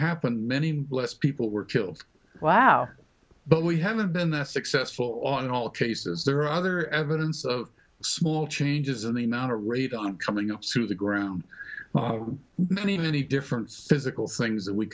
happened many less people were killed wow but we haven't been that successful on all cases there are other evidence of small changes in the mt rate on coming up soon the ground many many differences ical things that we